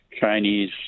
Chinese